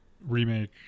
remake